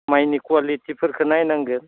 माइनि कुवालिटिफोरखौ नायनांगोन